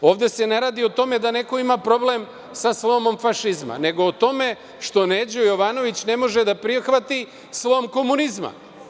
Ovde se ne radi o tome da neko ima problem sa slomom fašizma, nego o tome što Neđo Jovanović ne može da prihvati slom komunizma.